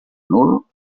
nul